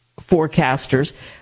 forecasters